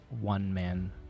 one-man